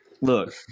Look